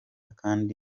kandi